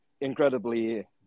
incredibly